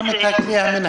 ממש לא אמרתי.